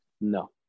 No